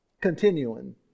Continuing